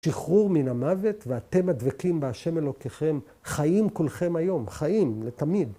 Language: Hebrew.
שחרור מן המוות, ואתם הדבקים בהשם אלוקיכם, חיים כולכם היום, חיים, לתמיד.